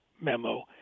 memo